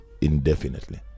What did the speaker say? indefinitely